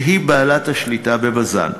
שהיא בעלת השליטה ב"בזן",